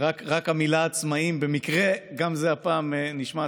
המילה "עצמאים", במקרה, גם זה הפעם נשמט.